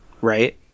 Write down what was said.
Right